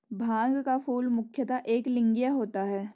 भांग का फूल मुख्यतः एकलिंगीय होता है